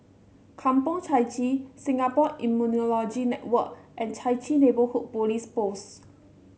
Kampong Chai Chee Singapore Immunology Network and Chai Chee Neighbourhood Police Post